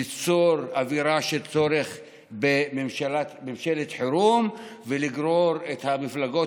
ליצור אווירה של צורך בממשלת חירום ולגרור את המפלגות